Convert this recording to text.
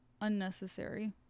unnecessary